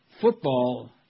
football